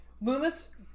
Loomis